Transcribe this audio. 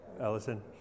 Allison